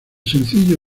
sencillo